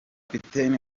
kapiteni